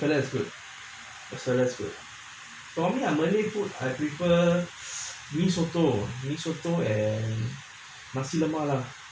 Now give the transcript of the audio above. the fellow is good the fellow is good normally malay food I prefer mee soto mee soto and nasi lemak